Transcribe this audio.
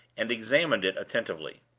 and examined it attentively.